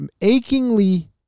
achingly